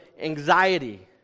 anxiety